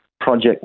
Project